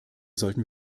sollten